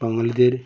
বাঙালিদের